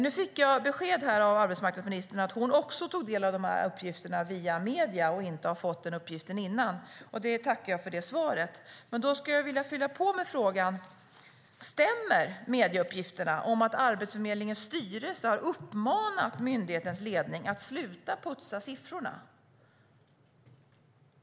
Nu fick jag beskedet av arbetsmarknadsministern att hon också tog del av uppgifterna via medierna och inte hade fått dem innan. Jag tackar för det svaret, men då vill jag fråga: Stämmer medieuppgifterna om att Arbetsförmedlingens styrelse har uppmanat myndighetens ledning att sluta putsa siffrorna?